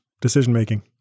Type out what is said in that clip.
decision-making